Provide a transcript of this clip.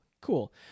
Cool